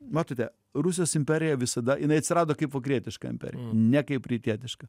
matote rusijos imperija visada jinai atsirado kaip vakarietiška imperija ne kaip rytietiška